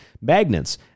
magnets